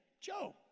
Joe